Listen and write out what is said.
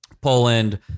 Poland